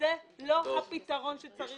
זה לא הפתרון שצריך להיות.